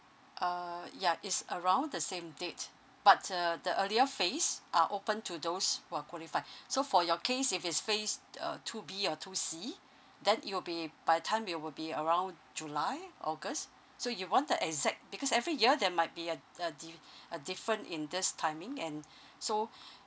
uh ya it's around the same date but uh the earlier phase are open to those who're qualified so for your case if it's phase uh two B or two C then it will be by time it will be around july august so you want the exact because every year there might be a a di~ a different in this timing and so